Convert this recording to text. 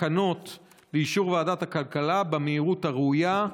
התקנות לאישור ועדת הכלכלה במהירות הראויה,